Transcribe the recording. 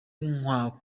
baraba